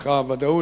לדידך הוודאות,